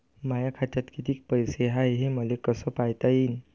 माया खात्यात कितीक पैसे हाय, हे मले कस पायता येईन?